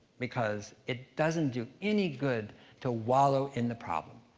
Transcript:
because it doesn't do any good to wallow in the problem.